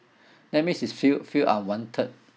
that means it's feel feel unwanted